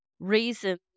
Reason